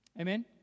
Amen